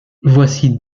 voici